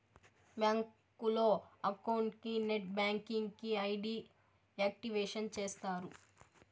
బ్యాంకులో అకౌంట్ కి net banking కి ఐ.డి యాక్టివేషన్ చేస్తారు